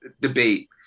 debate